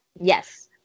Yes